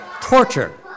torture